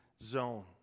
zone